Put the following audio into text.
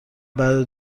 بعد